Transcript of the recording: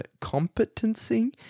competency